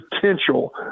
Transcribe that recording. potential